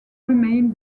remain